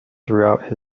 throughout